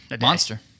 monster